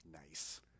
Nice